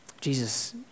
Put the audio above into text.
Jesus